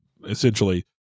essentially